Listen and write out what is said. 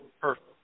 perfect